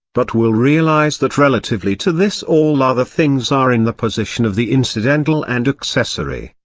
but will realise that relatively to this all other things are in the position of the incidental and accessory,